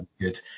good